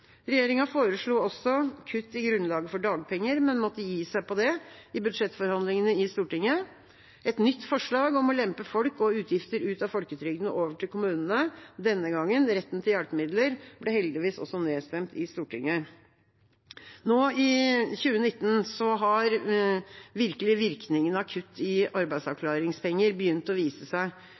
Regjeringa foreslo også kutt i grunnlaget for dagpenger, men måtte gi seg på det i budsjettforhandlingene i Stortinget. Et nytt forslag om å lempe folk og utgifter ut av folketrygden og over til kommunene, denne gangen retten til hjelpemidler, ble heldigvis også nedstemt i Stortinget. Nå i 2019 har virkelig virkningene av kutt i arbeidsavklaringspenger begynt å vise seg